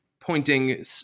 pointing